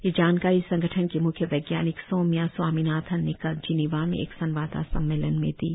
यह जानकारी संगठन की मुख्य वैज्ञानिक सौम्या स्वामीनाथन ने कल जिनेवा में एक संवाददाता सम्मेलन में दी